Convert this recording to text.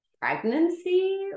pregnancy